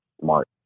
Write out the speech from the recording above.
smart